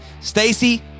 Stacy